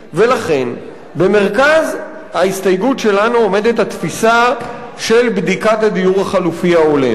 ולכן במרכז ההסתייגות שלנו עומדת התפיסה של בדיקת הדיור החלופי ההולם.